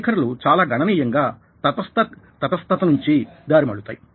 వైఖరులు చాలా గణనీయంగా తటస్థత నుంచి దారి మళ్ళుతాయి